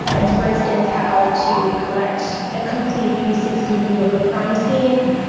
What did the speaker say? like for instance how to collect a complete three sixty view of a crime scene.